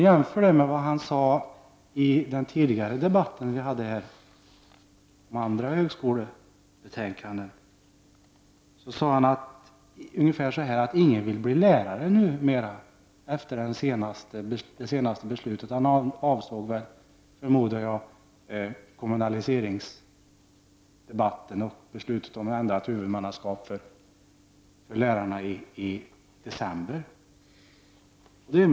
Jämför detta med vad han sade under den tidigare debatten här i dag om de andra högskolebetänkandena. Då sade han ungefär så här: Ingen vill bli lärare numera efter det senaste beslutet. Jag förmodar att han avsåg kommunaliseringsdebatten och det beslut som fattades i december om ett ändrat huvudmannaskap för lärarna.